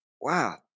wow